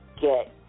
get